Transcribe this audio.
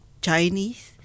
Chinese